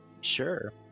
Sure